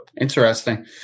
interesting